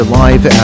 live